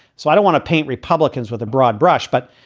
so i don't want to paint republicans with a broad brush. but,